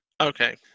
Okay